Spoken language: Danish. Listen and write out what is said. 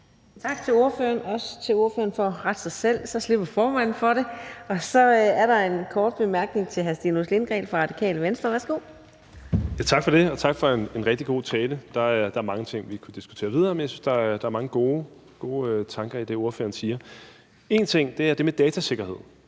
Tak til ordføreren – og også for at rette sig selv, for så slipper formanden for det. Så er der en kort bemærkning til hr. Stinus Lindgreen fra Radikale Venstre. Værsgo. Kl. 14:59 Stinus Lindgreen (RV): Tak for det, og tak for en rigtig god tale. Der er mange ting, vi kunne diskutere videre, men jeg synes, at der er mange gode tanker i det, ordføreren siger. Der er én ting, og det er det med datasikkerhed.